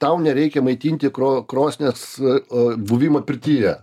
tau nereikia maitinti kro krosnies o buvimą pirtyje